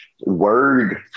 Word